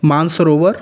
मान सरोवर